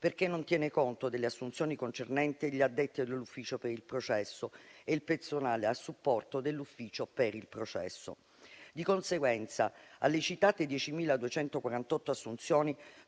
perché non tiene conto delle assunzioni concernenti gli addetti dell'ufficio per il processo e il personale a supporto dell'ufficio per il processo. Di conseguenza, alle citate 10.248 assunzioni